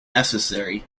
necessary